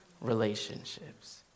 relationships